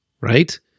right